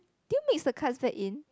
did you mix the concept in